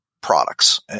products